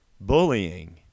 bullying